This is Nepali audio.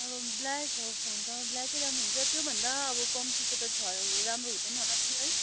अब ब्ल्याक अब फोन त ब्ल्याकै राम्रो हुन्छ त्यो भन्दा अब कम्तीको त राम्रो हुँदैन होला नि है